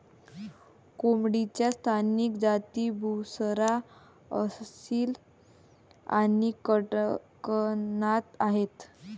कोंबडीच्या स्थानिक जाती बुसरा, असील आणि कडकनाथ आहेत